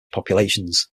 populations